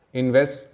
invest